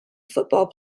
football